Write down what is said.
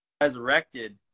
resurrected